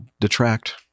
detract